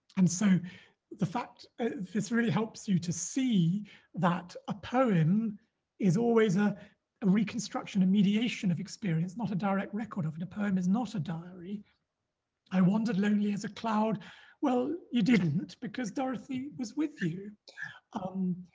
and so the fact this really helps you to see that a poem is always a reconstruction a mediation of experience not a direct record of the poem is not a diary i wandered lonely as a cloud well you didn't because dorothy was with you um